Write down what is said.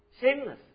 Shameless